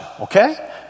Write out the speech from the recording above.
okay